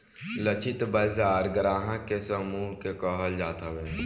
लक्षित बाजार ग्राहक के समूह के कहल जात हवे